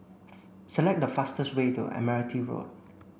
select the fastest way to Admiralty Road